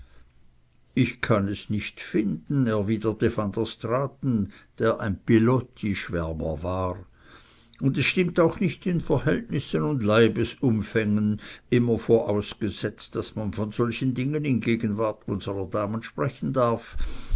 ich kann es nicht finden erwiderte van der straaten der ein piloty schwärmer war und es stimmt auch nicht in verhältnissen und leibesumfängen immer vorausgesetzt daß man von solchen dingen in gegenwart unserer damen sprechen darf